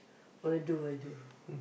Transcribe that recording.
will do will do